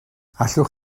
allwch